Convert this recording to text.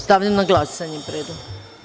Stavljam na glasanje predlog.